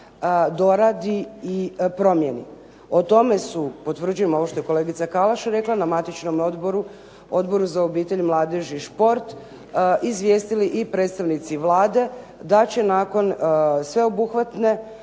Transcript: doradi i promijeni. O tome su potvrđujem ovo što je kolegica Kalaš rekla na matičnom odboru Odboru za obitelj, mladež i šport izvijestili i predstavnici Vlade da će nakon sveobuhvatne